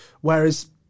Whereas